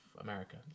america